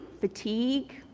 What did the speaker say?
fatigue